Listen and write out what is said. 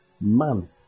man